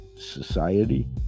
society